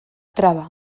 traba